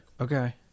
Okay